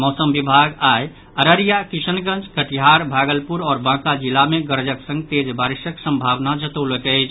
मौसम विभाग आई अररिया किशनगंज कटिहार भागलपुर आओर बांका जिला मे गरजक संग तेज बाशिक सम्भावना जतौलक अछि